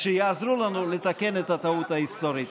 שיעזרו לנו לתקן את הטעות ההיסטורית.